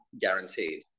guaranteed